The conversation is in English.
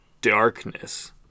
darkness